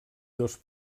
dos